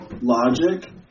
logic